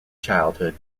childhood